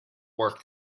work